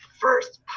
first